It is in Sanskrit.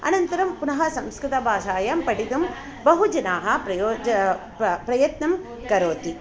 अनन्तरं पुनः संस्कृतभाषायां पठितुं बहुजनाः प्रयत्नं करोति